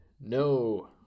No